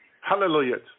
Hallelujah